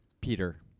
Peter